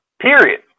period